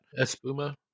espuma